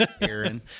Aaron